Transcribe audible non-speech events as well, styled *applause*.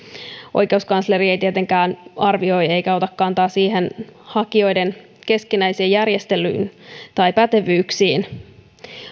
oikeuskansleri ei tietenkään arvioi eikä ota kantaa hakijoiden keskinäiseen *unintelligible* *unintelligible* *unintelligible* *unintelligible* järjestykseen tai pätevyyksiin